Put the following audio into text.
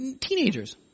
teenagers